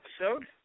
episode